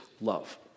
love